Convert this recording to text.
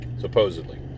Supposedly